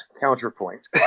counterpoint